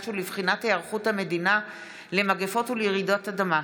ולבחינת היערכות המדינה למגפות ולרעידת אדמה,